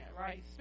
right